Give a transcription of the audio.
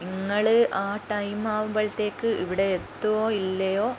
ഇങ്ങൾ ആ ടൈം ആവുമ്പോഴത്തേക്ക് ഇവിടെ എത്തുവോ ഇല്ലയോ